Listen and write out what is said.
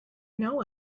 know